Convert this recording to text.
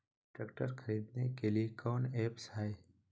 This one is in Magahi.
ट्रैक्टर खरीदने के लिए कौन ऐप्स हाय?